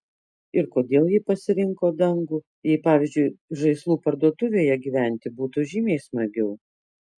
ir kodėl ji pasirinko dangų jei pavyzdžiui žaislų parduotuvėje gyventi būtų žymiai smagiau